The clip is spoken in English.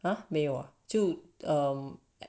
啊没有啊就